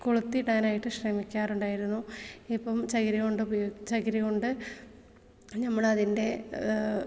കൊളുത്തിയിടാനായിട്ട് ശ്രമിക്കാറുണ്ടായിരുന്നു ഇപ്പം ചകിരി കൊണ്ട് ചകിരി കൊണ്ട് നമ്മൾ അതിൻ്റെ